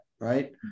right